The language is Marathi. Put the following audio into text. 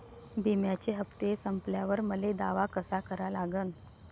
बिम्याचे हप्ते संपल्यावर मले दावा कसा करा लागन?